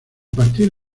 partir